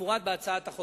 כמפורט בהצעת החוק.